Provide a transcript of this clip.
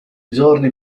giorni